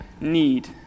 need